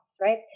right